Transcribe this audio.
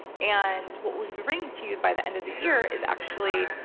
and what we'll be bringing to you by the end of the year is actually